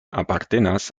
apartenas